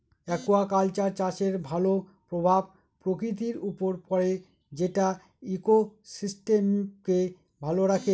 aquaculture চাষের ভালো প্রভাব প্রকৃতির উপর পড়ে যেটা ইকোসিস্টেমকে ভালো রাখে